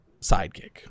sidekick